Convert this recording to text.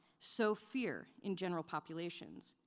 sow fear in general populations,